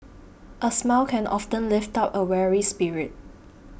a smile can often lift up a weary spirit